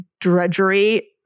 drudgery